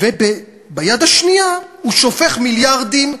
וביד השנייה הוא שופך מיליארדים,